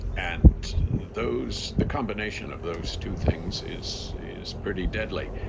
and those the combination of those two things is is pretty deadly.